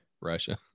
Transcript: Russia